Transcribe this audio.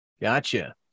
Gotcha